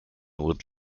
would